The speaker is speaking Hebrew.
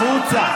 החוצה.